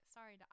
Sorry